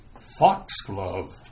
Foxglove